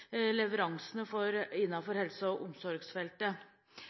leveransene innenfor helse- og omsorgsfeltet.